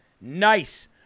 nice